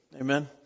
Amen